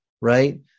right